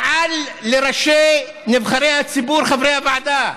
מעל לראשי נבחרי הציבור חברי הוועדה,